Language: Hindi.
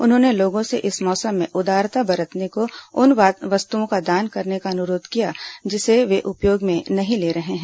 उन्होंने लोगों से इस मौसम में उदारता बरतते हुए उन वस्तुओं का दान करने का अनुरोध किया जिसे वे उपयोग में नहीं ले रहे हैं